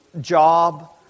job